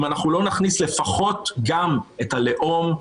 אם לא נכניס לפחות גם את הלאום,